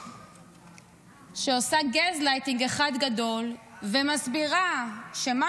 שעושה גזלייטינג אחד גדול ומסבירה שמה